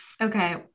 Okay